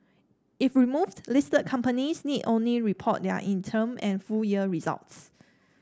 if removed listed companies need only report their interim and full year results